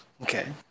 okay